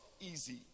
easy